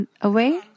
away